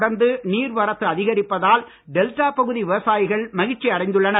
தொடர்ந்து நீர்வரத்து அதிகரிப்பதால் டெல்டா பகுதி விவசாயிகள் மகிழ்ச்சி அடைந்துள்ளனர்